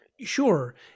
Sure